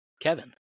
Kevin